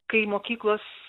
kai mokyklos